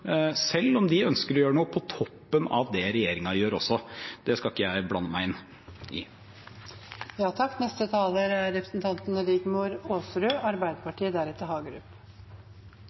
selv om de også ønsker å gjøre noe på toppen av det regjeringen gjør. Det skal ikke jeg blande meg inn i. Først: Takk